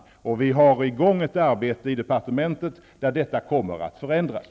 I departementet pågår ett arbete där detta kommer att förändras.